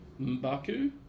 M'Baku